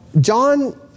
John